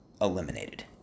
eliminated